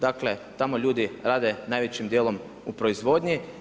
Dakle, tamo ljudi rade najvećim dijelom u proizvodnji.